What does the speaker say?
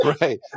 Right